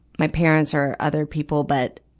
my parents or other people. but,